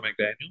McDaniel